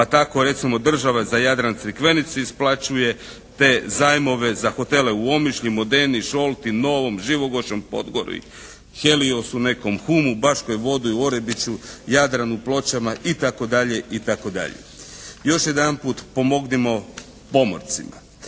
Pa tako recimo država za Jadran Crikvenicu isplaćuje te zajmove, za hotele u Omišlju, Modeni, Šolti, Novom, Živogošću, Podgori, Heliosu nekom Humu, Baškoj vodi u Orebiću, Jadranu, Pločama i tako dalje i tako dalje. Još jedanput pomognimo pomorcima.